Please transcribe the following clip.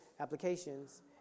applications